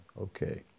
Okay